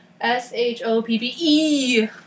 S-H-O-P-B-E